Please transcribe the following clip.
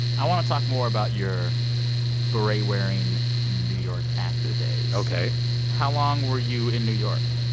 i want to talk more about your beret-wearing new york actor days ok how long were you in new york?